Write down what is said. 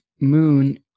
moon